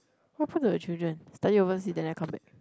what happened to the children study overseas then never come back